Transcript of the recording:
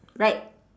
right